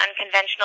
unconventional